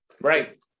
Right